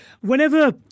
whenever